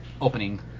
opening